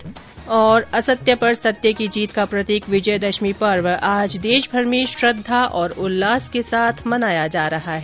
्र असत्य पर सत्य की जीत का प्रतीक विजयदशमी पर्व आज देशभर में श्रद्धा और उल्लास के साथ मनाया जा रहा है